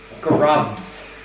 grubs